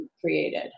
created